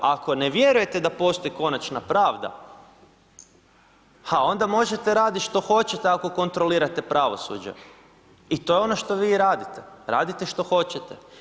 Ako ne vjerujete da postoji konačna pravda, pa onda možete raditi što hoćete ako kontrolirate pravosuđe i to je ono što vi radite, radite što hoćete.